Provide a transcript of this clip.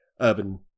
urban